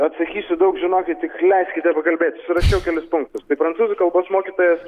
atsakysiu daug žinokit tik leiskite pakalbėti surašiau kelis punktus tai prancūzų kalbos mokytojas